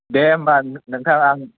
दे होम्बा नोंथां आं